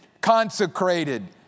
consecrated